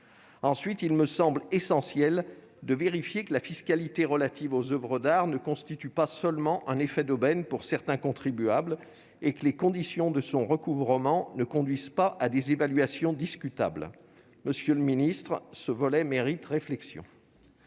seconde, essentielle, est de vérifier que la fiscalité applicable aux oeuvres d'art ne constitue pas seulement un effet d'aubaine pour certains contribuables et que les conditions de son recouvrement ne conduisent pas à des évaluations discutables. Monsieur le garde des sceaux, ce volet mérite réflexion.